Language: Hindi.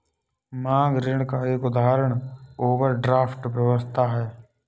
मांग ऋण का एक उदाहरण ओवरड्राफ्ट व्यवस्था है